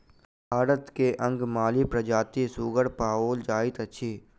भारत मे अंगमाली प्रजातिक सुगर पाओल जाइत अछि